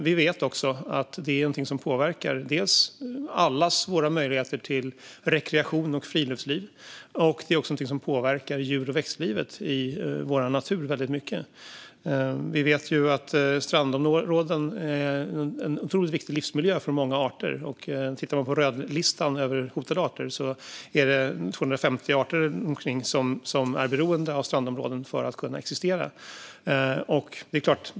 Vi vet också att detta är något som påverkar allas våra möjligheter till rekreation och friluftsliv och också påverkar djur och växtlivet i vår natur väldigt mycket. Vi vet att strandområden är en otroligt viktig livsmiljö för många arter. Tittar man på rödlistan över hotade arter ser man att omkring 250 arter är beroende av strandområden för att kunna existera.